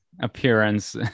appearance